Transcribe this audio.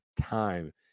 time